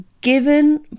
given